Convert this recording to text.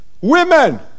Women